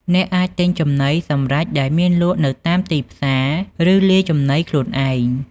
អ្នកអាចទិញចំណីសម្រេចដែលមានលក់នៅតាមទីផ្សារ ឬលាយចំណីខ្លួនឯង។